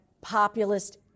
populist